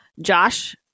josh